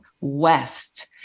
West